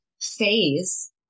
phase